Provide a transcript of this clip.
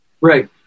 Right